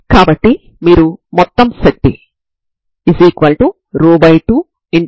కాబట్టి ఇప్పుడు నేను Anabfsin nπb a dxabnπb a dx అని వ్రాయగలను